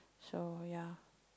so ya